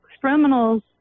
criminals